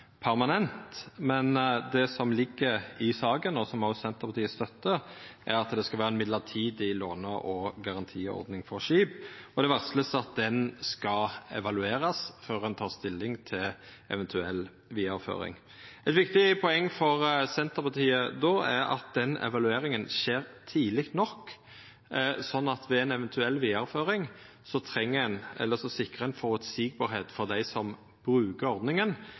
permanent. Men det som ligg i saka – som òg Senterpartiet støttar – er at det skal vera ei førebels låne- og garantiordning for skip, og ein varslar at ho skal evaluerast før ein tek stilling til ei eventuell vidareføring. Eit viktig poeng for Senterpartiet er då at den evalueringa skjer tidleg nok, slik at ein ved ei eventuell vidareføring sikrar at det er føreseieleg for dei som brukar ordninga,